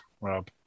Rob